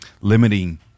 limiting